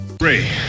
Ray